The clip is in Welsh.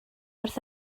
wrth